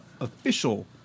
official